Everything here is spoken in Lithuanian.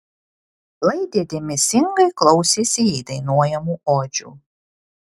laidė dėmesingai klausėsi jai dainuojamų odžių